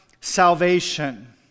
salvation